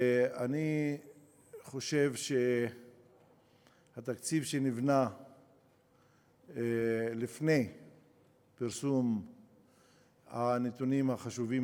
ואני חושב שהתקציב שנבנה לפני פרסום הנתונים החשובים